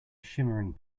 shimmering